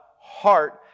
heart